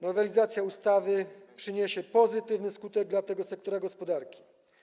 Nowelizacja ustawy przyniesie pozytywny skutek dla tego sektora gospodarki.